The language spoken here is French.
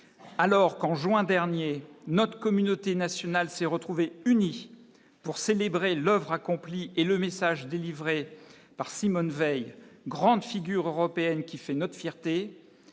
alors qu'en juin dernier, notre communauté nationale s'est retrouvée unie pour célébrer l'oeuvre accomplie et le message délivré par Simone Veil, grande figure européenne qui fait notre fierté